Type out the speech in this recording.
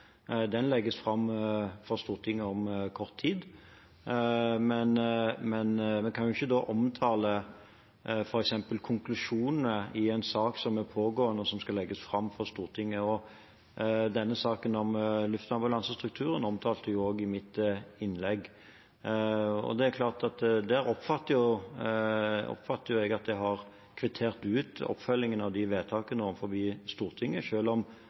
Den legges fram for Stortinget om kort tid, men vi kan jo ikke omtale f.eks. konklusjonene i en sak som er pågående, og som skal legges fram for Stortinget. Saken om luftambulansestrukturen omtalte jeg også i mitt innlegg. Jeg oppfatter at jeg har kvittert ut oppfølgingen av de vedtakene overfor Stortinget, selv om sakene fortsatt er under arbeid, f.eks. i forbindelse med saker som skal legges fram for Stortinget